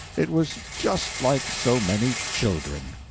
it was just like so many children.